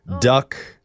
Duck